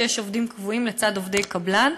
שיש בהם עובדים קבועים לצד עובדי קבלן,